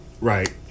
Right